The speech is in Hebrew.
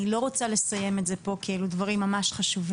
אני לא רוצה לסיים את זה פה כי אלו דברים ממש חשובים.